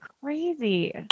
crazy